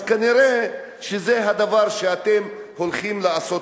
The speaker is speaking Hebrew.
אז כנראה, זה הדבר שאתם הולכים לעשות.